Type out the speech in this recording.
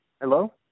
Hello